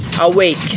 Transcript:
awake